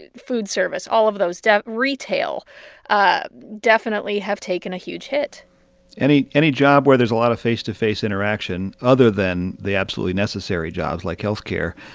and food service, all of those, retail ah definitely have taken a huge hit any any job where there's a lot of face-to-face interaction, other than the absolutely necessary jobs like health care,